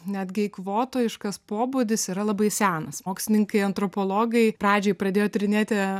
netgi eikvotojiškas pobūdis yra labai senas mokslininkai antropologai pradžioj pradėjo tyrinėti